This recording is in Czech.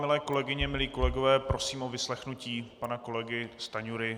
Milé kolegyně, milí kolegové, prosím o vyslechnutí pana kolegy Stanjury.